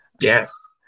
yes